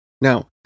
Now